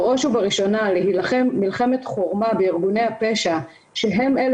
בראש ובראשונה להילחם מלחמת חורמה בארגוני הפשע שהם אלה